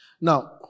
Now